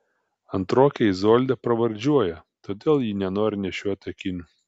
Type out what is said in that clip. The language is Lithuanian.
antrokę izoldą pravardžiuoja todėl ji nenori nešioti akinių